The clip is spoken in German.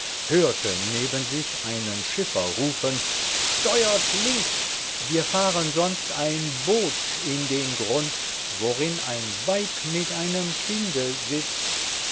hörte neben sich einen schiffer rufen steuert links wir fahren sonst ein boot in den grund worin ein weib mit einem kinde sitzt